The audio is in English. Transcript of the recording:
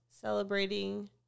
celebrating